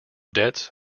debts